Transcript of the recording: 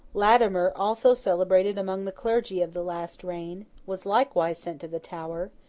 latimer, also celebrated among the clergy of the last reign, was likewise sent to the tower,